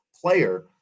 player